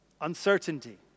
uncertainty